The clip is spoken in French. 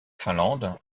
finlande